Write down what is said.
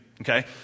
Okay